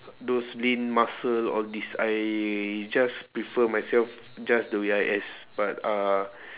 those lean muscle all these I just prefer myself just the way I as but uh